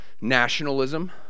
Nationalism